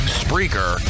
spreaker